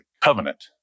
covenant